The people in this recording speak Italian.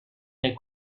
nel